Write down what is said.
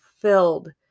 filled